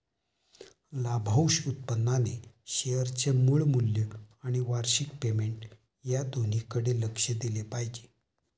लाभांश उत्पन्नाने शेअरचे मूळ मूल्य आणि वार्षिक पेमेंट या दोन्हीकडे लक्ष दिले पाहिजे